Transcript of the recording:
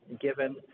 given